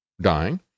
dying